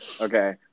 Okay